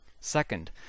Second